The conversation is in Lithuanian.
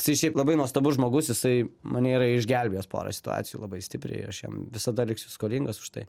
jisai šiaip labai nuostabus žmogus jisai mane yra išgelbėjęs poroj situacijų labai stipriai aš jam visada liksiu skolingas už tai